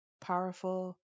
powerful